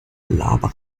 laber